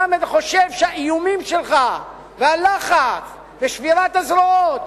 אתה חושב שהאיומים שלך והלחץ ושבירת הזרועות